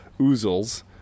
oozles